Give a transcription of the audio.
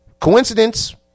Coincidence